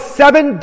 seven